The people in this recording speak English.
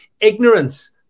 ignorance